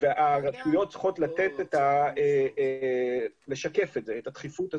והרשויות צריכות לשקף את הדחיפות הזו.